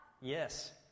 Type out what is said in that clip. Yes